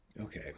Okay